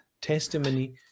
testimony